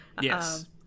Yes